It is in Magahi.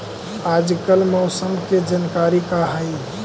आज मौसम के जानकारी का हई?